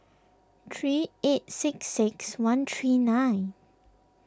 three eight six six one three nine